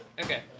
Okay